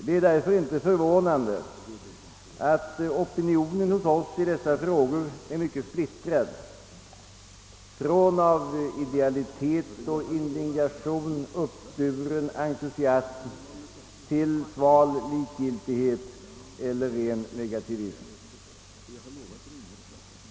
Det är därför inte förvånande att opinionen hos oss i dessa frågor är mycket: splittrad — från av idealitet och indignation uppburen entusiasm till sval likgiltighet eller ren negativism.